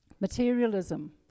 Materialism